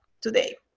today